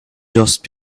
just